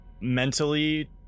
mentally